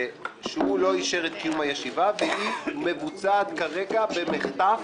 שהוא לא אישר את קיום הישיבה והיא מבוצעת כרגע במחטף.